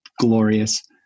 glorious